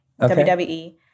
wwe